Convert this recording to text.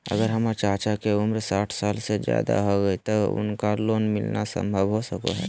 अगर हमर चाचा के उम्र साठ साल से जादे हइ तो उनका लोन मिलना संभव हो सको हइ?